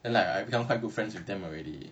and like I become quite good friends with them already